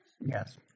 yes